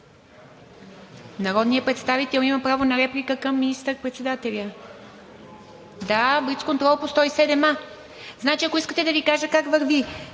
Народният представител има право на реплика към министър-председателя – блицконтрол по чл. 107а. Значи, ако искате, да Ви кажа как върви: